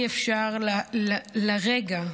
לרגע,